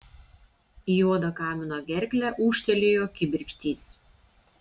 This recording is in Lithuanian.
į juodą kamino gerklę ūžtelėjo kibirkštys